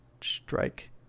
strike